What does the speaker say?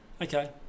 Okay